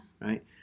Right